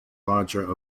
larger